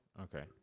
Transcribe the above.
Okay